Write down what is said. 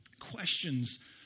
Questions